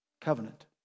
Covenant